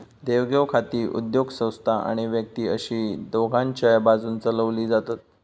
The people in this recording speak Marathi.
देवघेव खाती उद्योगसंस्था आणि व्यक्ती अशी दोघांच्याय बाजून चलवली जातत